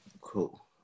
Cool